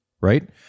Right